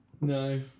No